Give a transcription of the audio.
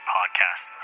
Podcast